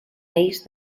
vells